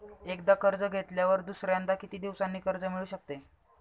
एकदा कर्ज घेतल्यावर दुसऱ्यांदा किती दिवसांनी कर्ज मिळू शकते?